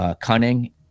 cunning